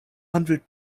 hundred